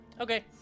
Okay